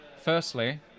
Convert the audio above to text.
Firstly